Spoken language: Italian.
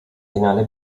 finale